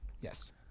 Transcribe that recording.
Yes